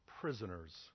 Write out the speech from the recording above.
prisoners